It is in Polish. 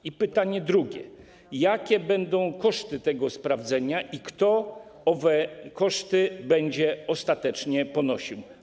I pytanie drugie: Jakie będą koszty tego sprawdzenia i kto owe koszty będzie ostatecznie ponosił?